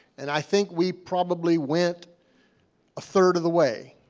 and i think we probably went a third of the way.